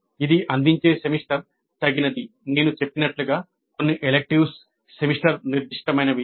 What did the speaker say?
"ఇది అందించే సెమిస్టర్ తగినది" నేను చెప్పినట్లుగా కొన్ని electives సెమిస్టర్ నిర్దిష్టమైనవి